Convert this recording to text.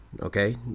Okay